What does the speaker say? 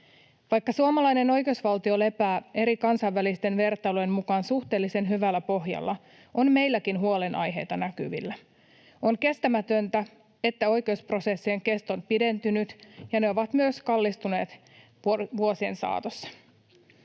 Vaikka suomalainen oikeusvaltio lepää eri kansainvälisten vertailujen mukaan suhteellisen hyvällä pohjalla, on meilläkin huolenaiheita näkyvillä. On kestämätöntä, että oikeusprosessien kesto on pidentynyt ja ne ovat myös kallistuneet vuosien saatossa.